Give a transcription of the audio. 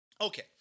Okay